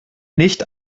nicht